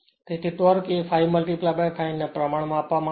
હવે ટોર્ક તે ∅∅ ના પ્રમાણમાં આપવામાં આવે છે